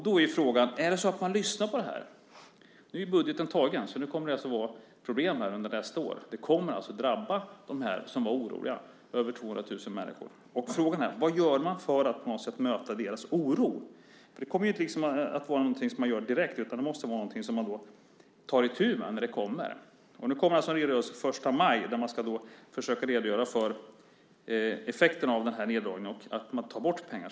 Då är frågan: Lyssnar man på det här? Nu är budgeten tagen, så nu kommer det att vara problem under nästa år. Det kommer att drabba dem som var oroliga, över 200 000 människor. Frågan är vad man gör för att på något sätt möta deras oro. Det kommer inte att vara något som man gör direkt, utan det måste vara något som man tar itu med när det kommer. Det kommer en redogörelse den 1 maj där man ska försöka redogöra för effekten av neddragningen, att man tar bort pengar.